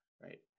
right